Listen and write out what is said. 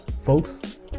Folks